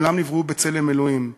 כולם נבראו בצלם אלוהים,